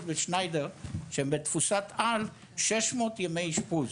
בשניידר שהן בתפיסת על 600 ימי אשפוז.